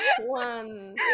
one